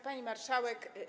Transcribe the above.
Pani Marszałek!